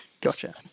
Gotcha